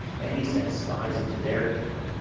and he sent spies into their camp,